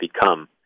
become